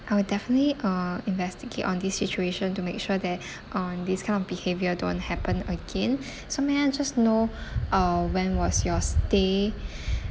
I will definitely uh investigate on this situation to make sure that uh this kind of behaviour don't happen again so may I just know uh when was your stay